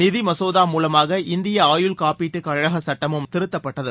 நிதி மசோதா மூலமாக இந்திய ஆயுள் காட்பீட்டு கழக சட்டமும் திருத்தப்பட்டது